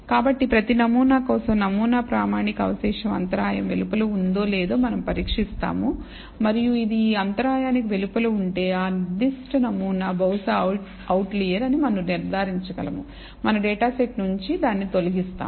కాబట్టి ప్రతి నమూనా కోసం నమూనా ప్రామాణిక అవశేషం అంతరాయం వెలుపల ఉందో లేదో మనం పరీక్షిస్తాము మరియు ఇది ఈ అంతరాయానికి వెలుపల ఉంటే ఆ నిర్దిష్ట నమూనా బహుశా అవుట్లియర్ అని మనం నిర్ధారించగలము మన డేటా సెట్ నుండి దాన్ని తొలగిస్తాం